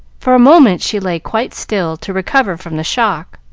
for a moment she lay quite still to recover from the shock,